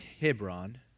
Hebron